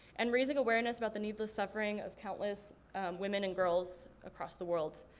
and raising awareness about the needless suffering of countless women and girls across the world.